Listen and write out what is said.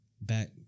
back